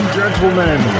gentlemen